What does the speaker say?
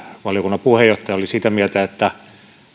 valiokunnan puheenjohtaja oli sitä mieltä että